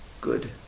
good